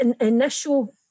initial